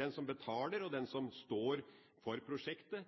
den offentlige planlegger, som betaler og er den som står for prosjektet,